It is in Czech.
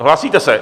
Hlásíte se?